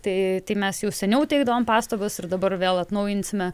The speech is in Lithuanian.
tai mes jau seniau teikdavom pastabas ir dabar vėl atnaujinsime